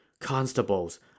Constables